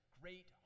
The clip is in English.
great